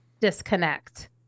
disconnect